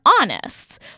honest